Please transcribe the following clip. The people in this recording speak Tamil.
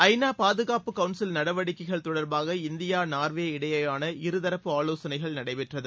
ஐ நா பாதுகாப்பு கவுன்சில் நடவடிக்கைகள் தொடர்பாக இந்தியா நரர்வே இடையேயான இருதரப்பு ஆலோசனைகள் நடைபெற்றது